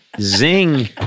Zing